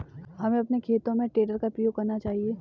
हमें अपने खेतों में हे टेडर का प्रयोग करना चाहिए